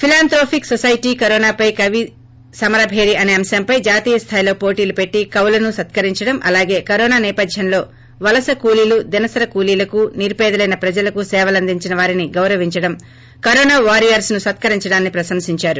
philanthropic society కరోనాపై కవి సమరభేరి అనే అంశంపై జాతీయ స్నాయిలో పోటీలు పెట్టి కవులను సత్కరించటం అలాగే కరోనా నేపద్యంలో వలసకూలీలు దినసరి కూలీలకు నిరుపేదలైన ప్రజలకు సేవలందించిన వారిని గౌరవించడం కరోనా వారియర్స్ ను సత్కరించడాన్ని ప్రశంసించారు